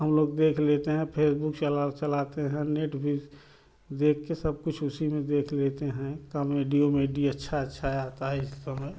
हम लोग देख लेते हैं फेसबुक चला चलाते हैं नेट भी देख के सब कुछ उसी में देख लेते हैं कॉमेंडी उमेडी अच्छा अच्छा आता है इस समय